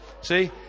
See